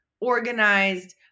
organized